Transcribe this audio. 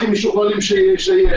הכי משוכללים שיש,